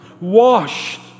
Washed